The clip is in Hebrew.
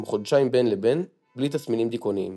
חודשיים בין לבין בלי תסמינים דכאוניים.